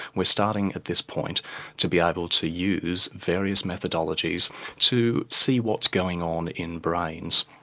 we're starting at this point to be able to use various methodologies to see what's going on in brains.